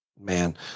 Man